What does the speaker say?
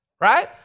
right